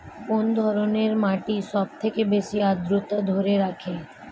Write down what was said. কোন ধরনের মাটি সবথেকে বেশি আদ্রতা ধরে রাখে?